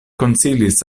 konsilis